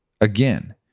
again